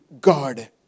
God